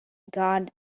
god